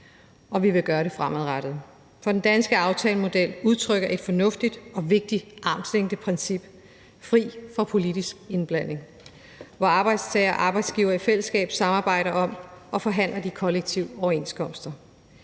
og vi vil gøre det fremadrettet. Den danske aftalemodel udtrykker et fornuftigt og vigtigt armslængdeprincip fri for politisk indblanding, hvor arbejdstagere og arbejdsgivere i fællesskab samarbejder om og forhandler de kollektive overenskomster.